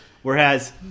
Whereas